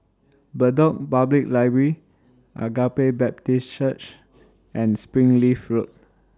Bedok Public Library Agape Baptist Church and Springleaf Road